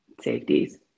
safeties